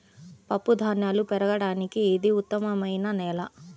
పప్పుధాన్యాలు పెరగడానికి ఇది ఉత్తమమైన నేల